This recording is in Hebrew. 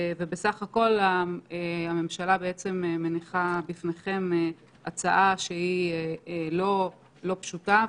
הממשלה מניחה בפניכם הצעה שהיא לא פשוטה,